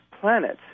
planets